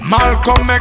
Malcolm